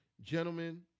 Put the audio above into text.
gentlemen